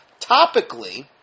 topically